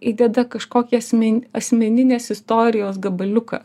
įdeda kažkokį asmen asmeninės istorijos gabaliuką